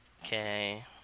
Okay